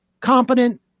competent